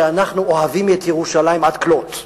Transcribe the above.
שאנחנו אוהבים את ירושלים עד כלות,